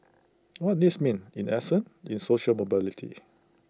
what this means in essence in social mobility